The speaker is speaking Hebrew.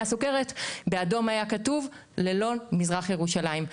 הסוכרת ובאדום היה כתוב ללא מזרח ירושלים,